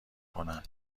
کنن